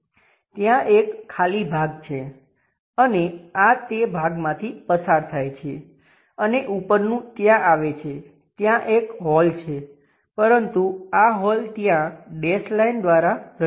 ત્યાં એક ખાલી ભાગ છે અને આ તે ભાગમાંથી પસાર થાય છે અને ઉપરનું ત્યાં આવે છે ત્યાં એક હોલ છે પરંતુ આ હોલ ત્યાં ડેશ લાઈન દ્વારા રજૂ થાય છે